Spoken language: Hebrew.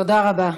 תודה רבה.